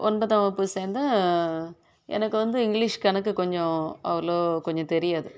ஒன்பதாம் வகுப்பு சேர்ந்தேன் எனக்கு வந்து இங்க்லீஷ் கணக்கு கொஞ்சம் அவ்வளோ கொஞ்சம் தெரியாது